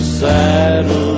saddle